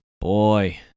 boy